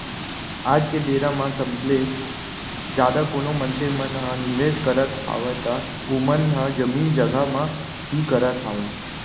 आज के बेरा म सबले जादा कोनो मनसे मन ह निवेस करत हावय त ओमन ह जमीन जघा म ही करत हावय